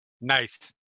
Nice